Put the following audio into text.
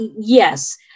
Yes